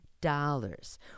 dollars